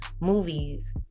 movies